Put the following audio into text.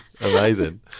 amazing